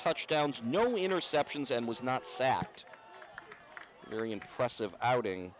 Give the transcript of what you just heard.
touchdowns no interceptions and was not sacked very impressive outing